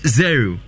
zero